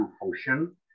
function